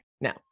No